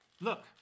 look